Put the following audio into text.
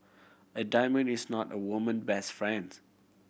a diamond is not a woman best friends